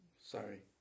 Sorry